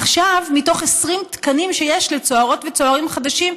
עכשיו מתוך 20 תקנים שיש לצוערות וצוערים חדשים,